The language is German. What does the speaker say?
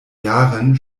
jahren